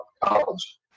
college